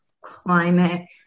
climate